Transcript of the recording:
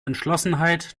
entschlossenheit